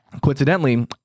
Coincidentally